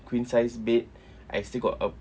queen sized bed I still got a